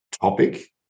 topic